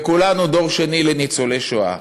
וכולנו דור שני לניצולי שואה,